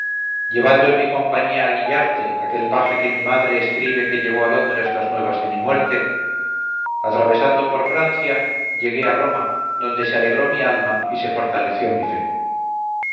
llevando en mi compañía a guillarte aquel paje que mi madre escribe que llevó a londres las nuevas de mi muerte atravesando por francia llegué a roma donde se alegró mi alma y se fortaleció mi fe